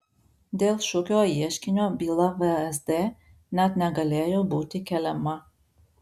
dėl šukio ieškinio byla vsd net negalėjo būti keliama